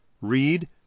Read